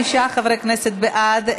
45 חברי כנסת בעד,